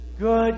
good